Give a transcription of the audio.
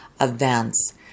events